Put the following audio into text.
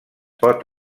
pot